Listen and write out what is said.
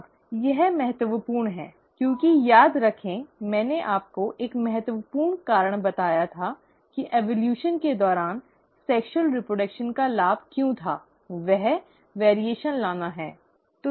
अब यह महत्वपूर्ण है क्योंकि याद रखें मैंने आपको एक महत्वपूर्ण कारण बताया कि विकास के दौरान सेक्शूअल रीप्रडक्शन का लाभ क्यों था वह भिन्नता लाना है